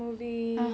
saya dah tengok